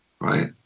Right